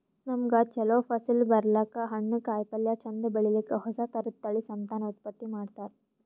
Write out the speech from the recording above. ನಮ್ಗ್ ಛಲೋ ಫಸಲ್ ಬರ್ಲಕ್ಕ್, ಹಣ್ಣ್, ಕಾಯಿಪಲ್ಯ ಚಂದ್ ಬೆಳಿಲಿಕ್ಕ್ ಹೊಸ ಥರದ್ ತಳಿ ಸಂತಾನೋತ್ಪತ್ತಿ ಮಾಡ್ತರ್